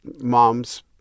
mom's